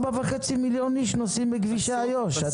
4.5 מיליון איש נוסעים בכביש איו"ש,